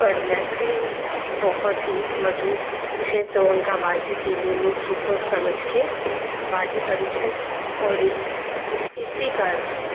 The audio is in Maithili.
पर मैथिली बहुत ही मधुर छै तऽ हुनका बाजैके लेल लोकके सोचि समझके बाजै पड़ै छै आओर इसी का